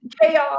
chaos